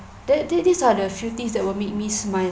that they these are the few things that will make me smile